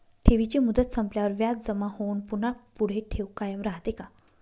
ठेवीची मुदत संपल्यावर व्याज जमा होऊन पुन्हा पुढे ठेव कायम राहते का?